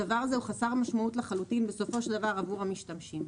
הדבר הזה הוא חסר משמעותי לחלוטין בסופו של דבר עבור המשתמשים.